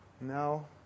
No